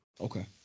okay